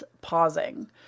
pausing